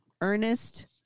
Ernest